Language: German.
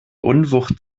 unwucht